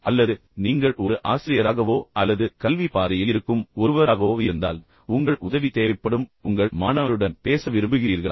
அல்லது நீங்கள் ஒரு ஆசிரியராகவோ அல்லது கல்வி பாதையில் இருக்கும் ஒருவராகவோ இருந்தால் உங்கள் உதவி தேவைப்படும் உங்கள் மாணவருடன் பேச விரும்புகிறீர்களா